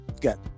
got